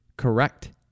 Correct